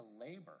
labor